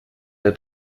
der